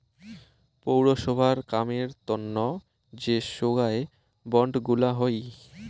পৌরসভার কামের তন্ন যে সোগায় বন্ড গুলা হই